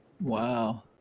Wow